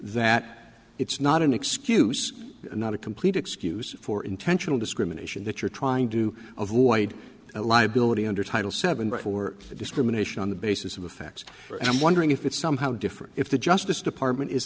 that it's not an excuse and not a complete excuse for intentional discrimination that you're trying to avoid liability under title seven right for discrimination on the basis of the facts for i'm wondering if it's somehow different if the justice department is